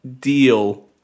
deal